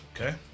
Okay